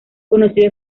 conocido